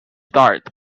start